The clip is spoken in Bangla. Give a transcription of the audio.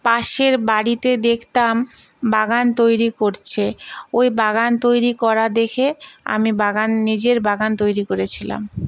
পাশের বাড়িতে দেখতাম বাগান তৈরি করছে ওই বাগান তৈরি করা দেখে আমি বাগান নিজের বাগান তৈরি করেছিলাম